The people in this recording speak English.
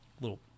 little